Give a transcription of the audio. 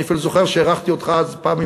אני אפילו זוכר שאירחתי אותך אז, פעם,